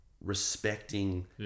respecting